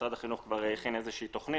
משרד החינוך כבר הכין תכנית,